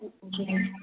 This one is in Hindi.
जी